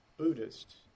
buddhist